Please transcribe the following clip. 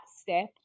step